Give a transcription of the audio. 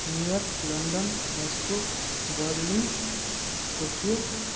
New York London Moscow Berlin Tokyo